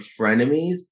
frenemies